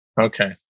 Okay